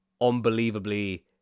unbelievably